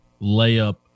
layup